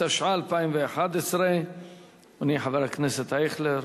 התשע"א 2011. אדוני חבר הכנסת אייכלר,